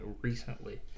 recently